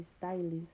stylist